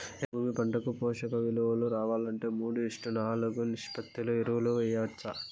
ఎకరా భూమి పంటకు పోషక విలువలు రావాలంటే మూడు ఈష్ట్ నాలుగు నిష్పత్తిలో ఎరువులు వేయచ్చా?